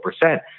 percent